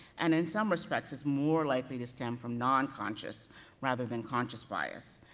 and in some respects, it's more likely to stem from non-conscious rather than conscious bias,